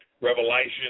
Revelation